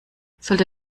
sollte